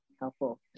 helpful